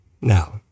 Now